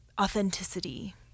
authenticity